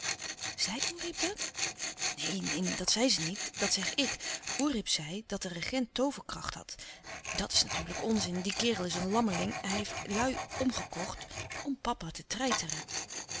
zei oerip dat neen neen dat zei ze niet dat zeg ik oerip zei dat de regent tooverkracht had dat is natuurlijk onzin die kerel is een lammeling hij heeft lui omgekocht om papa te treiteren